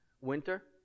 winter